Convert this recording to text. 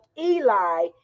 eli